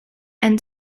and